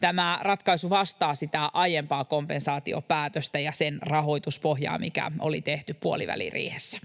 Tämä ratkaisu vastaa sitä aiempaa kompensaatiopäätöstä ja sen rahoituspohjaa, jotka oli tehty puoliväliriihessä.